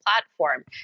platform